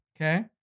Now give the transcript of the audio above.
okay